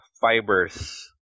fibers